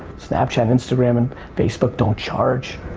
snapchat, instagram and facebook don't charge.